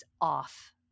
off